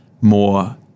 more